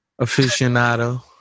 aficionado